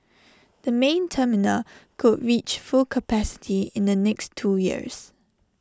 the main terminal could reach full capacity in the next two years